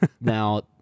Now